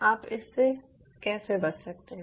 आप इससे कैसे बच सकते हैं